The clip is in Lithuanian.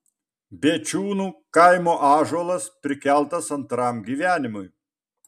bėčiūnų kaimo ąžuolas prikeltas antram gyvenimui